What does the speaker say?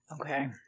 Okay